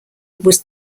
was